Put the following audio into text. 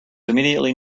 immediately